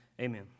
Amen